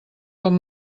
com